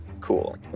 Cool